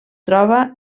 troba